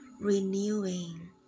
Renewing